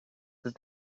that